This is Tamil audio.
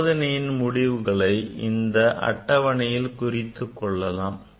சோதனையின் முடிவுகளை இந்த அட்டவணையில் குறித்துக் கொள்ளலாம்